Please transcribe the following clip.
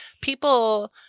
people